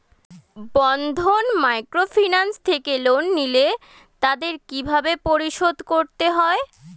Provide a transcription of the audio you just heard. বন্ধন microfinance থেকে loan নিলে তাদের কিভাবে পরিশোধ করতে হয়?